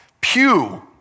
pew